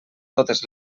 totes